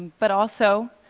but also,